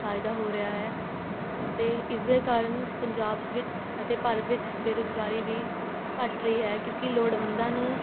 ਫਾਇਦਾ ਹੋ ਰਿਹਾ ਹੈ ਅਤੇ ਇਸਦੇ ਕਾਰਨ ਪੰਜਾਬ ਵਿੱਚ ਅਤੇ ਭਾਰਤ ਵਿੱਚ ਬੇਰੁਜ਼ਗਾਰੀ ਵੀ ਘੱਟ ਰਹੀ ਹੈ ਕਿਉਂਕਿ ਲੋੜਵੰਦਾਂ ਨੂੰ